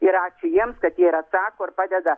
ir ačiū jiems kad jie ir atsako ir padeda